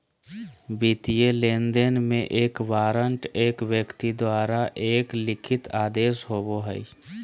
वित्तीय लेनदेन में, एक वारंट एक व्यक्ति द्वारा एक लिखित आदेश होबो हइ